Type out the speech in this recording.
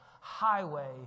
highway